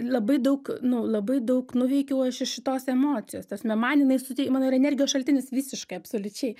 labai daug nu labai daug nuveikiau aš iš šitos emocijos na man jinai sutei mano yra energijos šaltinis visiškai absoliučiai